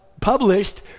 published